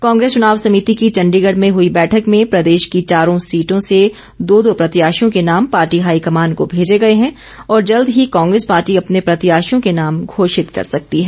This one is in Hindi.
कांग्रेस चुनाव समिति की चंडीगढ़ में हुई बैठक में प्रदेश की चारों सीटों से दो दो प्रत्याशियों के नाम पार्टी हाईकमान को भेजे गए हैं और जल्द ही कांग्रेस पार्टी अपने प्रत्याशियों के नाम घोषित कर सकती है